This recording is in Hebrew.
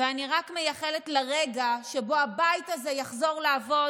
ואני רק מייחלת לרגע שבו הבית הזה יחזור לעבוד